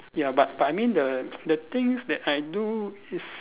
ya but but I mean the the things that I do is